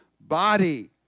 body